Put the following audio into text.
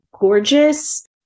gorgeous